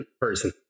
person